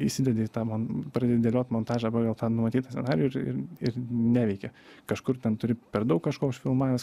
įsidedi į tą mon pradedi dėliot montažą pagal tą numatytą scenarijų ir ir ir neveikia kažkur ten turi per daug kažko užfilmavęs